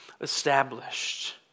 established